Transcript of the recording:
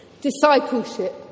Discipleship